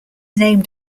named